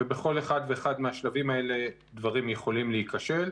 ובכל אחד ואחד מהשלבים האלה דברים יכולים להיכשל,